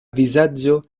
vizaĝo